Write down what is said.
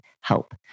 help